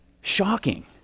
shocking